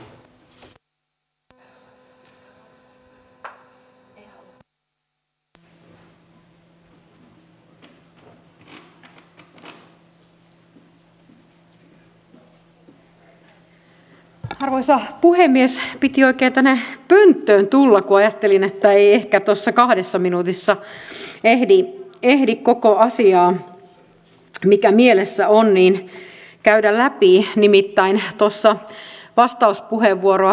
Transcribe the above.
välikysymyksen tekijät näköjään ajattelevat että tästä sinänsä harmillisesta tapauksesta pystyisi oikein rajusti puristamalla tiristämään vielä muutaman tosin halvan mutta ah niin rakkaan poliittisen irtopisteen